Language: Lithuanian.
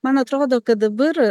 man atrodo kad dabar